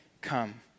come